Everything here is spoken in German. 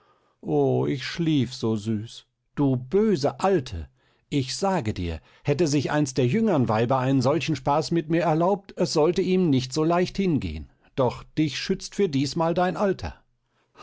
o ich schlief so süß du böse alte ich sage dir hätte sich eins der jüngern weiber einen solchen spaß mit mir erlaubt es sollte ihm nicht so leicht hingehen doch dich schützt für diesmal dein alter